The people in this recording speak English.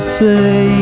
say